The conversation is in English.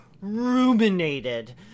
ruminated